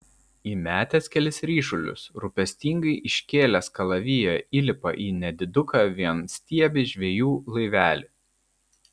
įmetęs kelis ryšulius rūpestingai iškėlęs kalaviją įlipa į nediduką vienstiebį žvejų laivelį